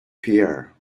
pierre